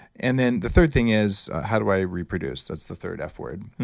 and then the third thing is how do i reproduce? that's the third f word,